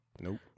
Nope